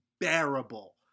unbearable